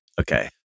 Okay